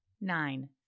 nine